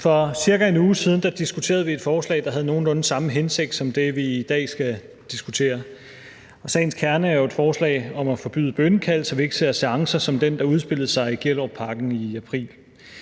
For cirka en uge siden diskuterede vi et forslag, der havde nogenlunde samme hensigt som i det, vi skal diskutere i dag. Kernen i forslaget er jo at forbyde bønnekald, så vi ikke ser seancer som den, der udspillede sig i Gellerupparken i april.